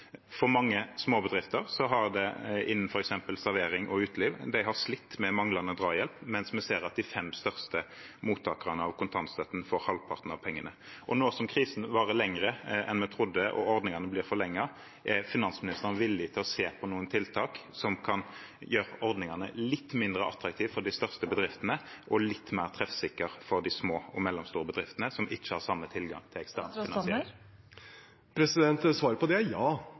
Mange småbedrifter innenfor f.eks. servering og uteliv har slitt med manglende drahjelp, mens vi ser at de fem største mottakerne av kontantstøtten får halvparten av pengene. Nå som krisen varer lenger enn vi trodde, og ordningene blir forlenget, er finansministeren villig til å se på noen tiltak som kan gjøre ordningene litt mindre attraktive for de største bedriftene og litt mer treffsikre for de små og mellomstore bedriftene, som ikke har samme tilgang til en slik finansiering? Svaret på det er ja.